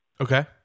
okay